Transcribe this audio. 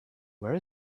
where